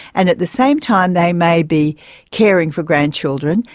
and at the same time they may be caring for grandchildren,